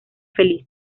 feliz